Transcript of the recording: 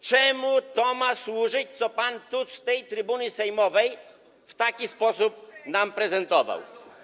Czemu ma służyć to, co pan tu z tej trybuny sejmowej w taki sposób nam prezentował?